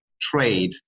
trade